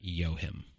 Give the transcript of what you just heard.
yohim